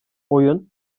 oyun